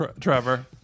trevor